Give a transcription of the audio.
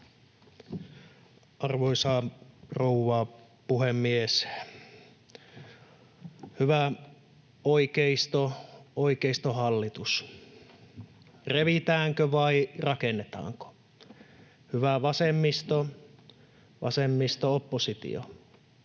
Arvoisa rouva puhemies! Hyvä oikeisto, oikeistohallitus, revitäänkö vai rakennetaanko? Hyvä vasemmisto, vasemmisto-oppositio,